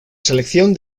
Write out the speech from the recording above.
selección